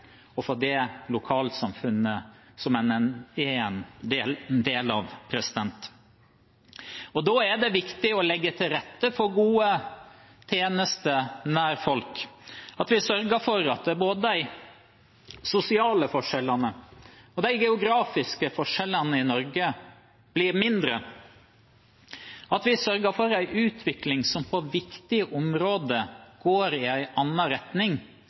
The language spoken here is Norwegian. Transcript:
og for det lokalsamfunnet som en er en del av. Da er det viktig å legge til rette for gode tjenester nær folk, at vi sørger for at både de sosiale forskjellene og de geografiske forskjellene i Norge blir mindre, og at vi sørger for en utvikling som på viktige områder går i en annen retning,